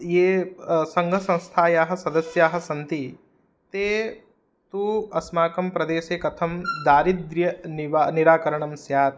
ये सङ्घसंस्थायाः सदस्याः सन्ति ते तु अस्माकं प्रदेशे कथं दारिद्र्यनिवा निराकरणं स्यात्